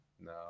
no